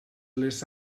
les